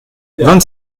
vingt